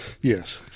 Yes